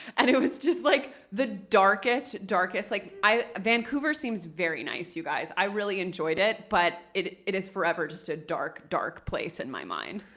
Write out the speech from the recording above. and it was just like the darkest, darkest like vancouver seems very nice, you guys. i really enjoyed it, but it it is forever just a dark, dark place in my mind.